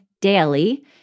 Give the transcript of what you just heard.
daily